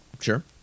Sure